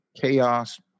chaos